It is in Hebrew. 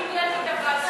אני ניהלתי את הוועדה.